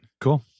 Cool